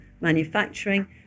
manufacturing